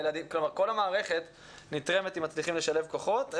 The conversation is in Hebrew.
כל המערכת נתרמת אם מצליחים לשלב כוחות.